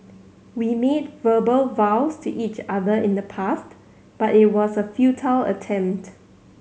we made verbal vows to each other in the past but it was a futile attempt